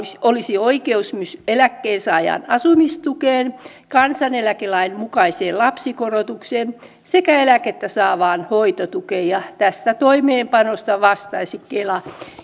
olisi oikeus myös eläkkeensaajan asumistukeen kansaneläkelain mukaiseen lapsikorotukseen sekä eläkettä saavan hoitotukeen ja tästä toimeenpanosta vastaisi kela